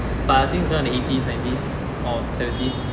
but I think is around the eighties nineties or seventies